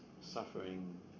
suffering